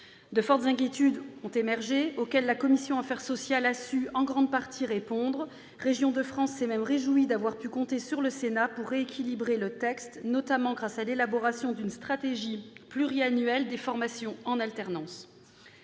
De fortes inquiétudes ont émergé, auxquelles la commission des affaires sociales a su, en grande partie, répondre. Régions de France s'est même réjouie d'avoir pu compter sur le Sénat pour rééquilibrer le texte, notamment grâce à l'élaboration d'une stratégie pluriannuelle des formations en alternance.